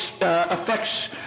affects